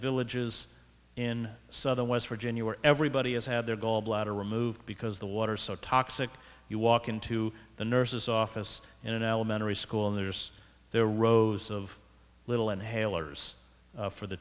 villages in southern west virginia where everybody has had their gallbladder removed because the water so toxic you walk into the nurse's office in an elementary school and there's there are rows of little inhalers for the